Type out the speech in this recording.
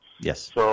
Yes